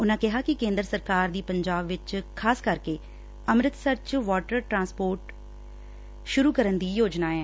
ਉਨੂਾਂ ਕਿਹਾ ਕਿ ਕੇਦਰ ਸਰਕਾਰ ਦੀ ਪੰਜਾਬ ਵਿਚ ਖਾਸਕਰਕੇ ਅਮ੍ਰਿਤਸਰ ਚ ਵਾਟਰ ਟਰਾਸਪੋਰਟ ਸੁਰੂ ਕਰਨ ਦੀ ਯੋਜਨਾ ਐ